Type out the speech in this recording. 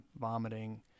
vomiting